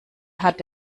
hat